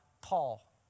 Paul